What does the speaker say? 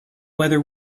whether